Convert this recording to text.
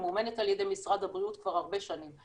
מממומנת על ידי משרד הבריאות כבר הרבה שנים.